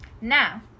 Now